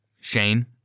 Shane